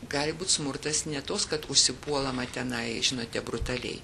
gali būti smurtas ne toks kad užsipuolama tenai žinote brutaliai